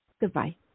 Goodbye